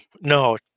No